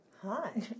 Hi